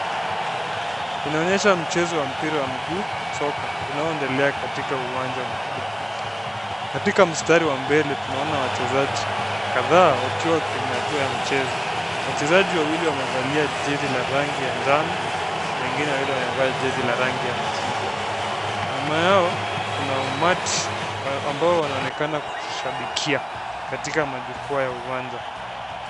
Inaonyesha mchezo wa mpira wa miguu soka unaoendelea katika uwanja mkubwa. Katika mstari wa mbele tunaona wachezaji kadhaa wakiwa kwenye hatua ya mchezo. Wachezaji wawili wamevalia jezi la rangi ya njano na wengine wawili wanavaa jezi la rangi ya machungwa. Nyuma yao kuna umati ambao wanaonekana kushabikia katika majukwaa ya uwanja.